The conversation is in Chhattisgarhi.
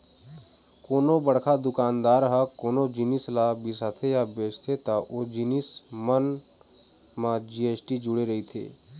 कोनो बड़का दुकानदार ह कोनो जिनिस ल बिसाथे या बेचथे त ओ जिनिस मन म जी.एस.टी जुड़े रहिथे